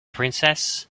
princess